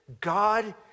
God